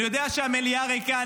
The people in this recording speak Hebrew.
אני יודע שהמליאה ריקה,